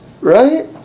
Right